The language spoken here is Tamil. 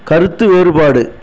கருத்து வேறுபாடு